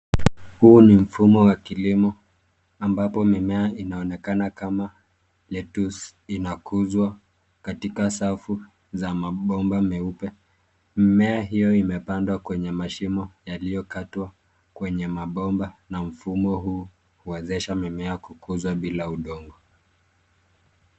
Huu ni mfumo wa kilimo ambapo mimea inaonekana kama lettuce inakuzwa katika safu za mabomba meupe. Mimea hio imepandwa kwenye mashimo yaliyokatwa kwenye mabomba na mfumo huu huwezesha mimea kukuza bila udogo.